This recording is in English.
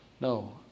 No